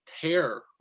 tear